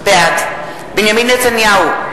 בעד בנימין נתניהו,